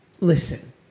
listen